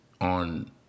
on